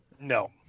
No